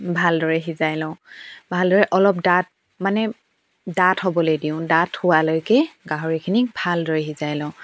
ভালদৰে সিজাই লওঁ ভালদৰে অলপ ডাঠ মানে ডাঠ হ'বলৈ দিওঁ ডাঠ হোৱালৈকে গাহৰিখিনি ভালদৰে সিজাই লওঁ